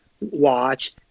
watch